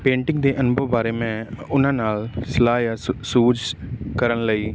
painting ਦੇ ਅਨੁਭਵ ਬਾਰੇ ਮੈਂ ਉਹਨਾਂ ਨਾਲ ਸਲਾਹ ਆ ਸੂਜ ਕਰਨ ਲਈ